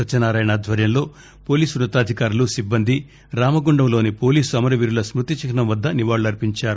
సత్యనారాయణ ఆధ్వర్యంలో పోలీస్ ఉన్నతాధికారులు సిబ్బంది రామగుండంలోని పోలీస్ అమర వీరుల స్మృతి చిహ్నాం వద్ద నివాళులర్పించారు